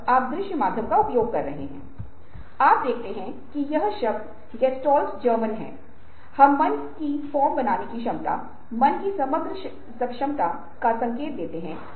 तब आपके दिमाग में यह सवाल आ रहा होगा कि आईक्यू और क्रिएटिविटी के बीच क्या संबंध है